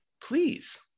Please